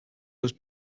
was